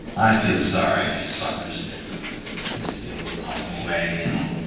i feel sorry for suckers still puffing away,